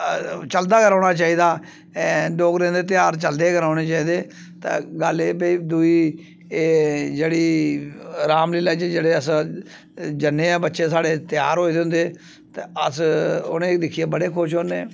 चलदा गै रौह्ना चाहिदा डोगरे दे त्यहार चलदे गै रौह्ने चाहिदे ते गल्ल ऐ भाई दूई एह् जेह्ड़ी राम लीला च जेह्ड़े अस जेह्ड़े अस जन्ने आं बच्चे साढ़े त्यार होए दे होंदे ते अस उ'नेंगी दिक्खयै बड़े खुश होन्ने आं